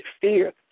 fear